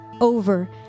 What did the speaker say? over